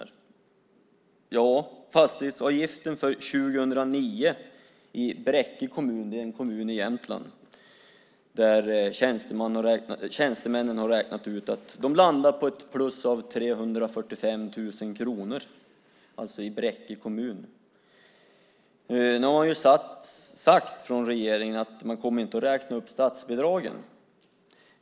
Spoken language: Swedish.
Ja, fastighetsavgiften för 2009 i Bräcke kommun i Jämtland landar, enligt tjänstemännen som har räknat ut det, på plus 345 000 kronor. Nu har regeringen sagt att man inte kommer att räkna upp statsbidragen.